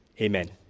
Amen